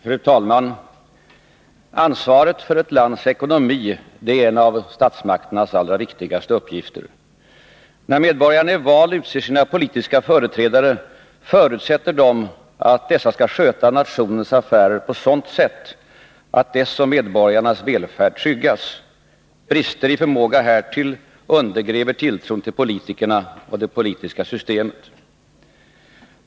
Fru talman! Ansvaret för ett lands ekonomi är en av statsmakternas allra viktigaste uppgifter. När medborgarna i val utser sina politiska företrädare förutsätter de att dessa skall sköta nationens affärer på ett sådant sätt att dess och medborgarnas välfärd tryggas. Brister i förmågan härtill undergräver tilltron till politikerna och det politiska systemet.